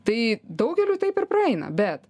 tai daugeliui taip ir praeina bet